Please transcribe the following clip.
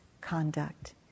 conduct